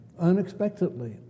unexpectedly